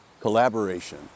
collaboration